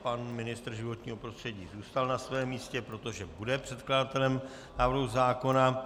Pan ministr životního prostředí zůstal na svém místě, protože bude předkladatelem návrhu zákona.